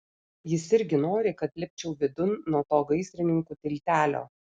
jis irgi nori kad lipčiau vidun nuo to gaisrininkų tiltelio